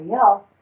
else